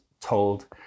told